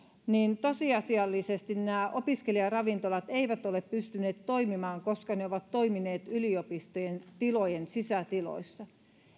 niin tosiasiallisesti nämä opiskelijaravintolat eivät ole pystyneet toimimaan koska ne ovat toimineet yliopistojen tilojen sisätiloissa